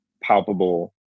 palpable